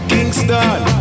Kingston